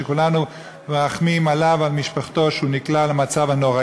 שכולנו מרחמים עליו ועל משפחתו שהוא נקלע למצב הנורא,